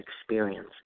experience